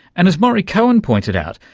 and, as maurie cohen pointed out,